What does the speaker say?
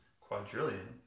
quadrillion